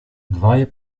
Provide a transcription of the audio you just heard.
dwaj